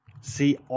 See